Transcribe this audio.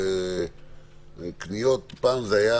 פעם קניות זה היה